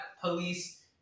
police